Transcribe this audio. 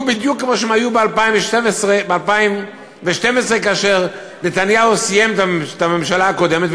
בדיוק כמו שהם היו ב-2012 כאשר נתניהו סיים את הממשלה הקודמת.